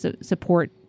support